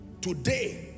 today